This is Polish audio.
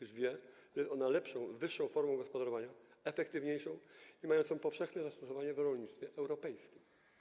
Już wie, że ma ona lepszą, wyższą formę gospodarowania, efektywniejszą i mającą powszechne zastosowanie w rolnictwie europejskim.